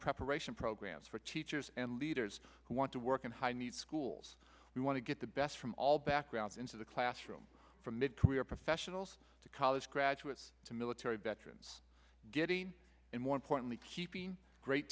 preparation programs for teachers and leaders who want to work in high needs schools we want to get the best from all backgrounds into the classroom from mid career professionals to college graduates to military veterans getting and more importantly keeping great